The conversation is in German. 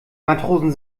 matrosen